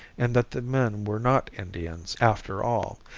and that the men were not indians after all.